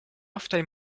oftaj